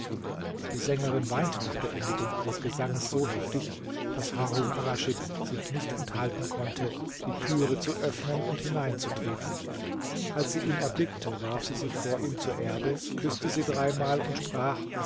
die sängerin weinte nach beendigung ihres gesanges so heftig daß harun arraschid sich nicht enthalten konnte die türe zu öffnen und hineinzutreten als sie ihn erblickte warf sie sich vor ihm zur erde küßte sie dreimal und sprach